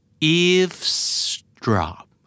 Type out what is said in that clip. eavesdrop